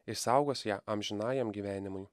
išsaugos ją amžinajam gyvenimui